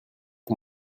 que